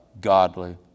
godly